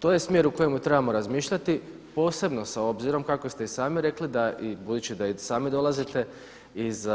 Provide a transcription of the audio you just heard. To je smjer u kojem trebamo razmišljati, posebno sa obzirom kako ste i sami rekli da i budući da i sami dolazite iz